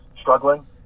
struggling